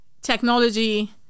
technology